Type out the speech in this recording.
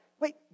wait